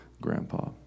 Grandpa